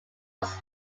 was